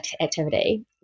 activity